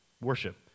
Worship